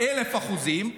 אלף אחוזים,